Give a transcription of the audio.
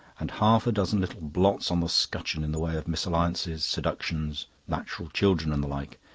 and half a dozen little blots on the scutcheon in the way of misalliances, seductions, natural children, and the like.